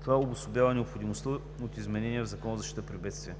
Това обосновава необходимостта от изменение в Закона за защита при бедствия.